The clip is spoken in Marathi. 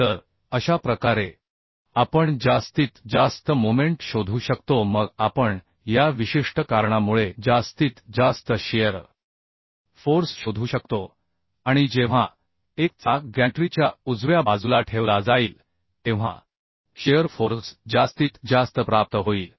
तर अशा प्रकारे आपण जास्तीत जास्त मोमेंट शोधू शकतो मग आपण या विशिष्ट कारणामुळे जास्तीत जास्त शिअर फोर्स शोधू शकतो आणि जेव्हा एक चाक गॅन्ट्रीच्या उजव्या बाजूला ठेवला जाईल तेव्हा शिअर फोर्स जास्तीत जास्त प्राप्त होईल